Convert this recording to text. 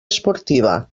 esportiva